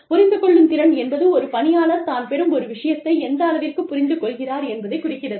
புரிந்து கொள்ளும் திறன் என்பது ஒரு பணியாளர் தான் பெறும் ஒரு விஷயத்தை எந்த அளவிற்குப் புரிந்து கொள்கிறார் என்பதை குறிக்கிறது